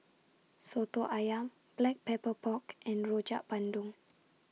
Soto Ayam Black Pepper Pork and Rojak Bandung